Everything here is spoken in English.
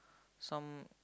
some